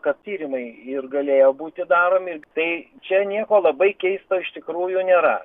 kad tyrimai ir galėjo būti daromi tai čia nieko labai keisto iš tikrųjų nėra